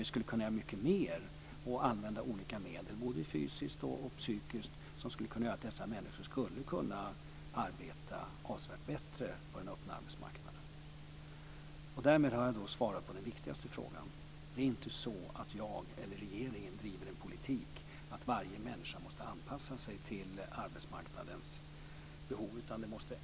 Vi skulle kunna göra mycket mer och använda olika medel, både fysiskt och psykiskt, som gör att dessa människor skulle kunna arbeta avsevärt bättre på den öppna arbetsmarknaden. Därmed har jag svarat på den viktigaste frågan. Det är inte så att jag och regeringen driver en politik som går ut på att varje människa måste anpassa sig till arbetsmarknadens behov.